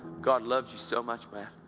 god loves you so much, man.